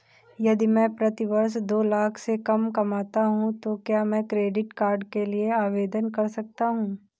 यदि मैं प्रति वर्ष दो लाख से कम कमाता हूँ तो क्या मैं क्रेडिट कार्ड के लिए आवेदन कर सकता हूँ?